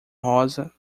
rosa